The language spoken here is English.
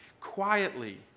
quietly